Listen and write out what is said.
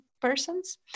persons